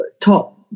top